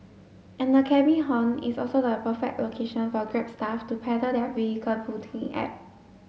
and the cabby haunt is also the perfect location for Grab staff to peddle their vehicle booking app